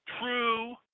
True